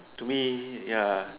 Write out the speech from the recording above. to me ya